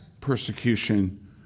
persecution